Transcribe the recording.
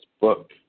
book